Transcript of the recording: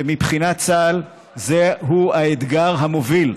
שמבחינת צה"ל זהו האתגר המוביל.